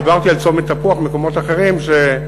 דיברתי על צומת תפוח ומקומות אחרים שם.